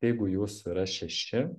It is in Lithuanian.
jeigu jūsų yra šeši